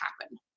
happen